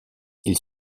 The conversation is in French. ils